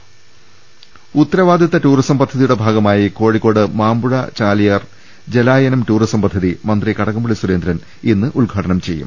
രുട്ട്ട്ട്ട്ട്ട്ട്ട ഉത്തരവാദിത്വ ടൂറിസം പദ്ധതിയുടെ ഭാഗമായി കോഴിക്കോട്ട് മാമ്പുഴ ചാലിയാർ ജലായനം ടൂറിസം പദ്ധതി മന്ത്രി കടകംപള്ളി സുരേന്ദ്രൻ ഇന്ന് ഉദ്ഘാടനം ചെയ്യും